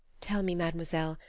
tell me, mademoiselle,